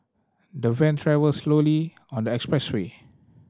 the van travelled slowly on the expressway